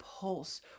pulse